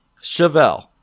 Chevelle